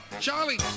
charlie